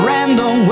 Random